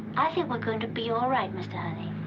i think we're going to be all right, mr. honey.